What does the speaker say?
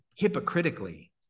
hypocritically